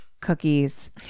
cookies